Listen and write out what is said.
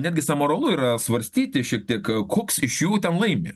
netgis amoralu yra svarstyti šiek tiek koks iš jų ten laimi